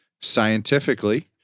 scientifically